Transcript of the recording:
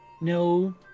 no